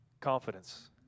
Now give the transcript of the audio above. Confidence